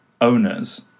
owners